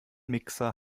mixer